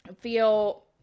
feel